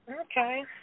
Okay